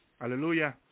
Hallelujah